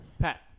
Pat